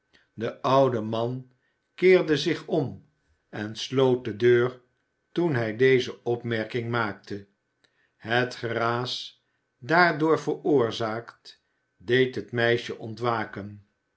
de oude man keerde zich om en sloot de deur toen hij deze opmerking maakte het geraas daardoor veroorzaakt deed het meis e ontwaken